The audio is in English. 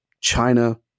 china